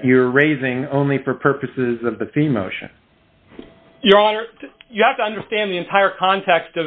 that you're raising only for purposes of the theme motion you have to understand the entire context of